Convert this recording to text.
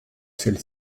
celle